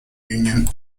union